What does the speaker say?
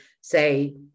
say